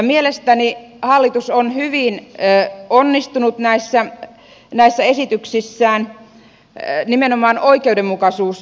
mielestäni hallitus on hyvin onnistunut näissä esityksissään nimenomaan oikeudenmukaisuusnäkökulmasta